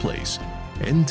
place and